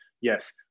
yes